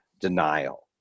denial